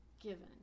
given